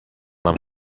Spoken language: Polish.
nam